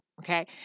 okay